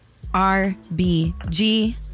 RBG